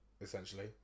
essentially